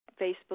Facebook